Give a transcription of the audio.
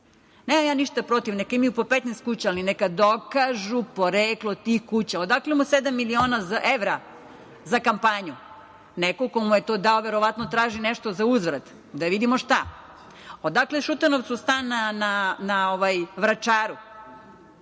Nemam ja ništa protiv, neka imaju i po 15 kuća, ali neka dokažu poreklo tih kuća. Odakle mu sedam miliona evra za kampanju? Neko ko mu je to dao verovatno traži nešto za uzvrat, da vidimo šta. Odakle Šutanovcu stan na Vračaru?